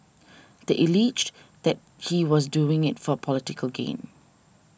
they alleged that he was doing it for political gain